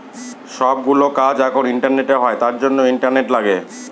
সব গুলো কাজ এখন ইন্টারনেটে হয় তার জন্য ইন্টারনেট লাগে